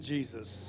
Jesus